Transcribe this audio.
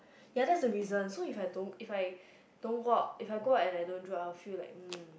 ya that's the reason so if I don't if I don't go out if I go out and I don't draw I will feel like mm